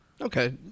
Okay